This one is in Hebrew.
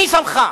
מי שמך?